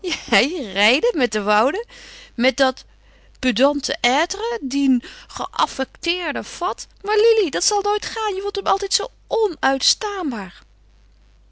met de woude met dat pedante être dien geaffecteerden fat maar lili dat zal nooit gaan je vond hem altijd zoo